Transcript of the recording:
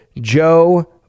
Joe